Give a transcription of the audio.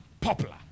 popular